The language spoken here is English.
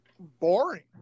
Boring